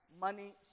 money